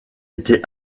été